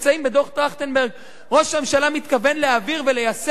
בדוח-טרכטנברג ראש הממשלה מתכוון להעביר וליישם?